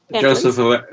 Joseph